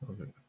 Okay